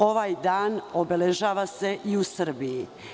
Ovaj dan obeležava se i u Srbiji.